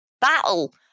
battle